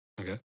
Okay